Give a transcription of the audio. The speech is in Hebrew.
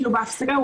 בהפסקה,